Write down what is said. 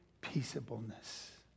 peaceableness